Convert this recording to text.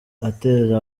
ateza